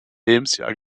lebensjahr